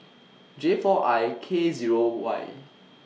J four I K Zero Y